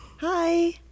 Hi